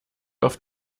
auf